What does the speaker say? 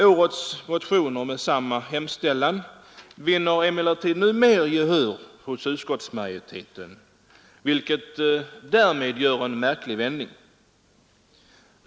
Årets motioner med samma hemställan har nu vunnit bättre gehör hos utskottsmajoriteten, som alltså där har gjort en märklig vändning.